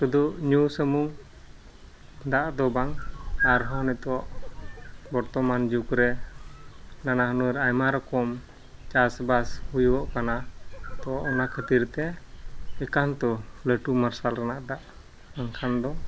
ᱥᱩᱫᱩ ᱧᱩ ᱥᱩᱢᱩᱝ ᱫᱟᱜᱫᱚ ᱵᱟᱝ ᱟᱨᱦᱚᱸ ᱱᱤᱛᱚᱜ ᱵᱚᱨᱛᱚᱢᱟᱱ ᱡᱩᱜᱽᱨᱮ ᱱᱟᱱᱟᱦᱩᱱᱟᱹᱨ ᱟᱭᱢᱟ ᱨᱚᱠᱚᱢ ᱪᱟᱥᱵᱟᱥ ᱦᱩᱭᱩᱜᱚᱜ ᱠᱟᱱᱟ ᱛᱳ ᱚᱱᱟ ᱠᱷᱟᱹᱛᱤᱨᱛᱮ ᱮᱠᱟᱱᱛᱚ ᱞᱟᱹᱴᱩ ᱢᱟᱨᱥᱟᱞ ᱨᱮᱱᱟᱜ ᱫᱟᱜ ᱵᱟᱝᱠᱷᱟᱱᱫᱚ